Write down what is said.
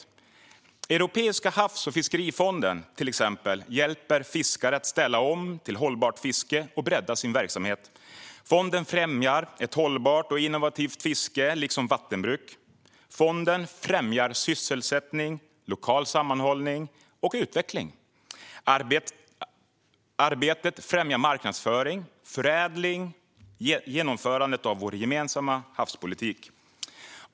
Till exempel hjälper Europeiska havs och fiskerifonden fiskare att ställa om till ett hållbart fiske och bredda sina verksamheter. Fonden främjar hållbart och innovativt fiske liksom vattenbruk. Fonden främjar sysselsättning, lokal sammanhållning och utveckling. Arbetet främjar marknadsföring, förädling och genomförandet av vår gemensamma havspolitik.